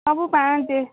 ସବୁ ପାଞ୍ଚ